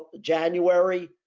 January